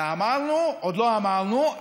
ואמרנו עוד לא אמרנו,